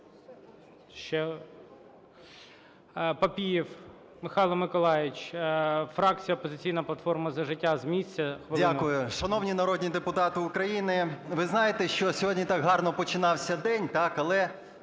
Дякую. Шановні народні депутати України, ви знаєте, що сьогодні так гарно починався день, так, але